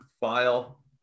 file